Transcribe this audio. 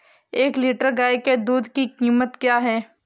एक लीटर गाय के दूध की कीमत क्या है?